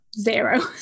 zero